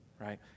right